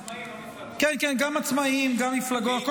גלעד, זה יותר עצמאיים ולא מפלגות.